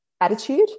attitude